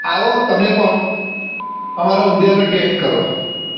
આવો તમે પણ અમારા ઉંધિયાંનો ટેસ્ટ કરો